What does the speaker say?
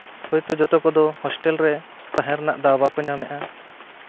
ᱦᱚᱭᱛᱳ ᱡᱚᱛᱚ ᱠᱚᱫᱚ ᱦᱳᱥᱴᱮᱞ ᱨᱮ ᱛᱟᱦᱮᱸ ᱨᱮᱱᱟᱜ ᱫᱟᱣ ᱵᱟᱠᱚ ᱧᱟᱢ ᱮᱫᱼᱟ